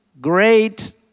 great